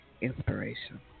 inspiration